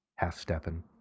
Half-stepping